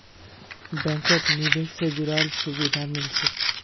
बैंकत निवेश से जुराल सुभिधा मिल छेक